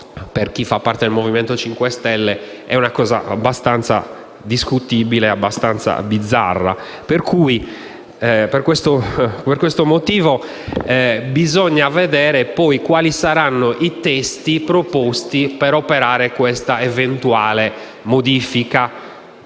per chi fa parte del Movimento 5 Stelle, è una cosa abbastanza discutibile e bizzarra. Per questo motivo, bisognerà valutare quali saranno i testi proposti per operare l'eventuale modifica